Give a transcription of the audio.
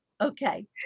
Okay